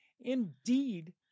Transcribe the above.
Indeed